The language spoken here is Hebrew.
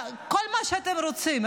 כל מה שאתם רוצים,